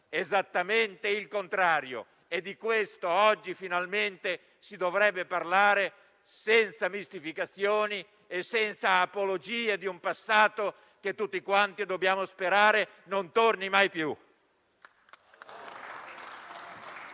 esattamente il contrario, e di questo oggi finalmente si dovrebbe parlare senza mistificazioni e senza apologie di un passato che tutti quanti dobbiamo sperare non torni mai più.